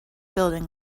building